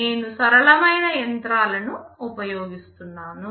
నేను సరళమైన యంత్రాలను ఉపయోగిస్తున్నాను